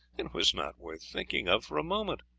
it was not worth thinking of for a moment.